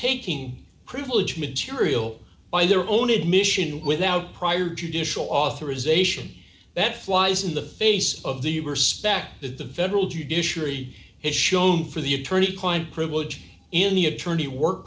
taking privileged material by their own admission without prior judicial authorization that flies in the face of the respect that the federal judiciary has shown for the attorney client privilege in the attorney work